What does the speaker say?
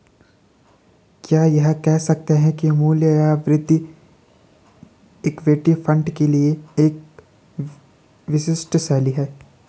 क्या यह कह सकते हैं कि मूल्य या वृद्धि इक्विटी फंड के लिए एक विशिष्ट शैली है?